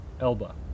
Elba